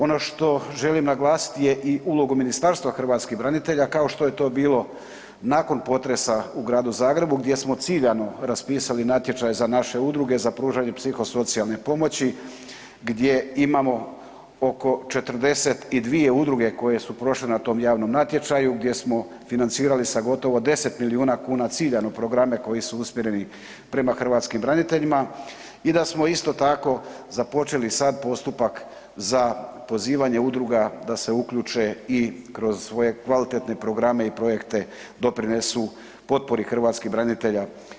Ono što želim naglasiti je i uloga Ministarstva hrvatskih branitelja kao što je to bilo nakon potresa u Gradu Zagrebu gdje smo ciljano raspisali natječaj za naše udruge za pružanje psihosocijalne pomoći gdje imamo oko 42 udruge koje su prošle na tom javnom natječaju gdje smo financirali sa gotovo 10 milijuna kuna ciljano programe koji su usmjereni prema hrvatskim braniteljima i da smo isto tako započeli sad postupak za pozivanje udruga da se uključe i kroz svoje kvalitetne programe i projekte doprinesu potpori hrvatskih branitelja.